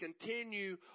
continue